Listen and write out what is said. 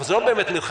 אבל זו לא באמת מלחמה,